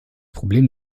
problem